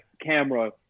camera